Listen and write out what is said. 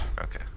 Okay